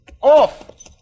Off